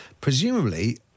Presumably